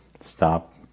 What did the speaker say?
Stop